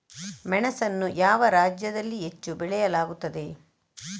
ಮೆಣಸನ್ನು ಯಾವ ರಾಜ್ಯದಲ್ಲಿ ಹೆಚ್ಚು ಬೆಳೆಯಲಾಗುತ್ತದೆ?